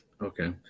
Okay